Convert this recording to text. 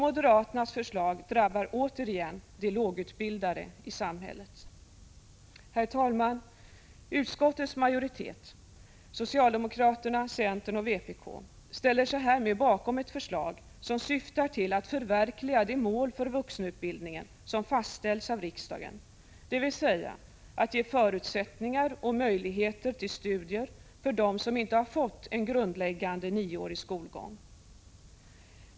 Moderaternas förslag drabbar återigen de lågutbildade i samhället. Herr talman! Utskottets majoritet — socialdemokraterna, centern och vpk — ställer sig härmed bakom ett förslag som syftar till att förverkliga de mål för vuxenutbildningen som fastställts av riksdagen, dvs. att ge förutsättningar för och möjligheter till studier för dem som inte fått en grundläggande nioårig skolgång.